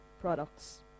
products